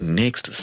next